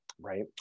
right